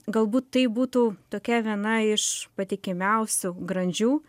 galbūt tai būtų tokia viena iš patikimiausių grandžių